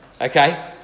Okay